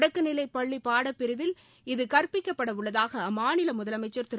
தொடக்கநிலை பள்ளி பாடப்பிரிவில் இது கற்பிக்கப்படவுள்ளதாக அம்மாநில முதலமைச்சா் திரு